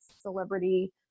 celebrity